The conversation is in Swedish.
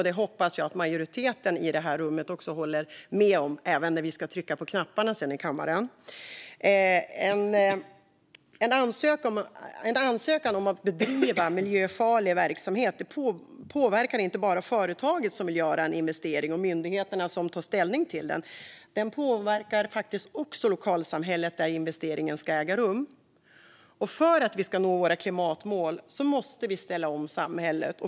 Det hoppas jag att majoriteten i det här rummet också håller med om även när vi sedan ska trycka på knapparna i kammaren. En ansökan om att bedriva miljöfarlig verksamhet påverkar inte bara företaget som vill göra en investering och myndigheterna som tar ställning till den. Den påverkar också lokalsamhället där investeringen ska äga rum. För att vi ska nå våra klimatmål måste vi ställa om samhället.